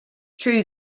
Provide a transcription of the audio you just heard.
true